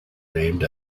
named